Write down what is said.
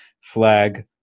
flag